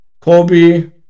Kobe